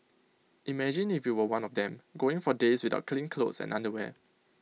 imagine if you were one of them going for days without clean clothes and underwear